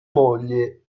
moglie